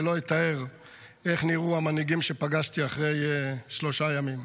אני לא אתאר איך נראו המנהיגים שפגשתי אחרי שלושה ימים.